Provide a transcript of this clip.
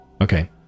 Okay